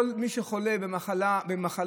מי שחולה במחלות,